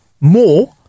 more